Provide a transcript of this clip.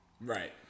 Right